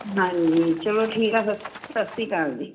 ਹਾਂਜੀ ਚਲੋ ਠੀਕ ਆ ਫਿਰ ਸਤਿ ਸ਼੍ਰੀ ਅਕਾਲ ਜੀ